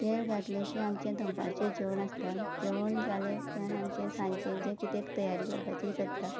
तेल घातले की आमचें दनपारचें जेवण आसता जेवण जालें उपरांत आमचें सांचें जें कितें तयारी करपाची करता